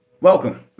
welcome